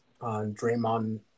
Draymond